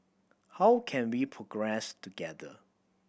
how can we progress together